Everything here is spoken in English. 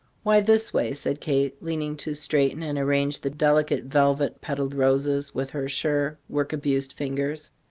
why, this way, said kate, leaning to straighten and arrange the delicate velvet petalled roses with her sure, work-abused fingers.